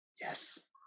Yes